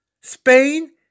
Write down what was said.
Spain